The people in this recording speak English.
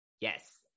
yes